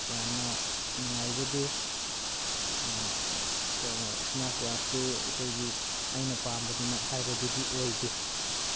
ꯌꯥꯝꯅ ꯅꯨꯡꯉꯥꯏꯖꯗꯦ ꯏꯁꯃꯥꯔꯠ ꯋꯥꯠꯆꯇꯨ ꯑꯩꯈꯣꯏꯒꯤ ꯑꯩꯅ ꯄꯥꯝꯕꯗꯨꯃꯛ ꯍꯥꯏꯕꯗꯨꯗꯤ ꯑꯣꯏꯗꯦ